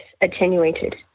attenuated